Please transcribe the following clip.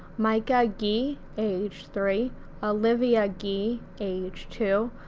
micah gee age three olivia gee age two,